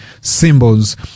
symbols